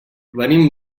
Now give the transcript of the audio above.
venim